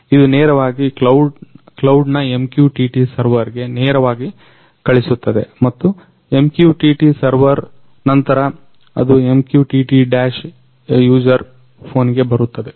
ಇದು ನೆರವಾಗಿ ಕ್ಲೌಡ್ನ MQTTಸರ್ವರ್ಗೆ ನೇರವಾಗಿ ಕಳಿಸುತ್ತದೆ ಮತ್ತು MQTTಸರ್ವರ್ ನಂತರ ಅದು MQTT Dash ಯುಸರ್ ಫೋನಿಗೆ ಬರುತ್ತದೆ